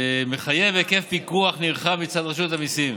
מחייב היקף פיקוח נרחב מצד רשות המיסים